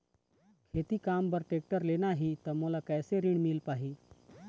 खेती काम बर टेक्टर लेना ही त मोला कैसे ऋण मिल पाही?